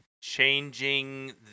Changing